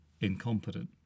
incompetent